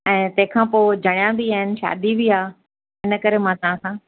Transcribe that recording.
ऐं तहिंखां पोइ जणियां बि आहिनि शादी बि आहे हिन करे मां तव्हां सां